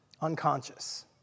unconscious